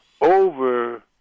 over